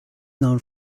known